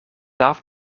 darf